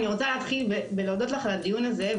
אני רוצה להתחיל בלהודות לך על הדיון הזה,